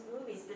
movies